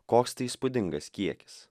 koks tai įspūdingas kiekis